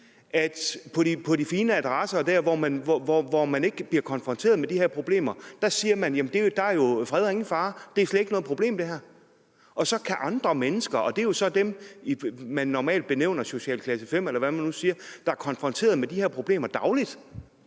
for på de fine adresser og der, hvor man ikke bliver konfronteret med de her problemer, siger man, at der er fred og ingen fare: Det er slet ikke noget problem. Og så er der andre mennesker – og det er så dem, man normalt benævner som socialklasse 5, eller hvad man nu siger – der er konfronteret med de her problemer dagligt.